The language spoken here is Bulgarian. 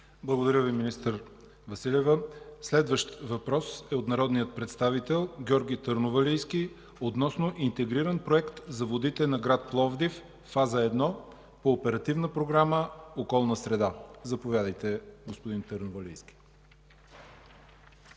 Благодаря Ви, министър Василева. Следващият въпрос е от народния представител Георги Търновалийски – относно интегриран проект за водите на град Пловдив – фаза 1, по Оперативна програма „Околна среда”. Заповядайте, господин Търновалийски.